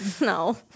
No